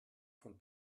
von